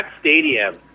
stadium